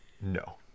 No